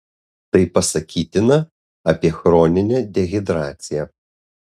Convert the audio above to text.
tai pasakytina apie chroninę dehidrataciją